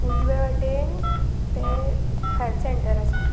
उजव्या वाटेन ते हेल्थ सेंटर आसा